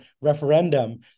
referendum